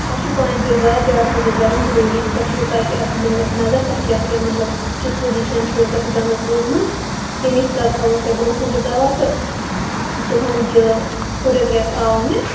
تۅہہِ چھُ پانٛژھِ دۅہۍ بعد بیٛاکھ وزِٹ کَرُن ضَروٗری تۅہہِ چھُ تۅہہِ کیٛاہ اَتھ دِمو أسۍ نظرتۅہہِ کیٛاہ کیٛاہ مطلب کِژھ پوٗزِشن چھُو تۅہہِ دَنٛدس روٗزمٕژ تَمِی حِساب تَھاوَو أسۍ برٛونٛہہ کُن تہِ دَواہ تہٕ تُہُنٛد یہِ فوٹوگراف آو مےٚ